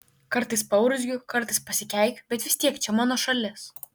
kartais paurzgiu kartais pasikeikiu bet vis tiek čia mano šalis